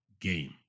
game